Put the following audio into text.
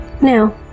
Now